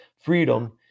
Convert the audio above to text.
freedom